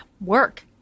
work